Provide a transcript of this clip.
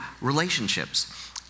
relationships